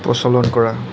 প্ৰচলন কৰা